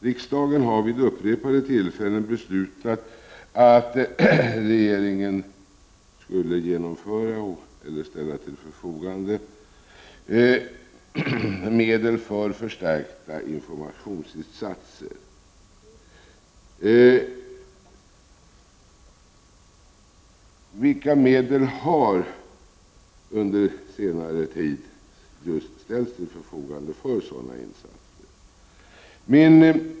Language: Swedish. Riksdagen har vid upprepade tillfällen beslutat att regeringen skall ställa medel till förfogande för förstärkta informationsinsatser. Vilka medel har under senare tid ställts till förfogande för sådana insatser?